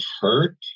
hurt